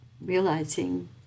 realizing